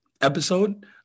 episode